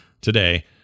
today